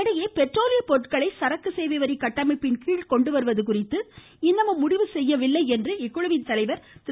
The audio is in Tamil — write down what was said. இதனிடையே பெட்ரோலிய பொருட்களை சரக்கு சேவை வரி கட்டமைப்பின்கீழ் கொண்டுவருவது குறித்து முடிவு செய்யப்படவில்லை என்று இக்குழுவின் தலைவர் திரு